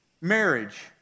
marriage